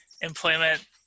employment